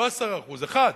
לא 10% אחד.